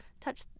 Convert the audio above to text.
touch